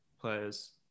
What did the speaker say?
players